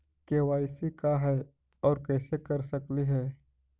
KYC का है, और कैसे कर सकली हे?